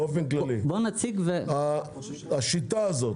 השיטה הזאת,